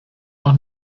auch